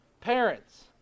Parents